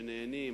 שנהנים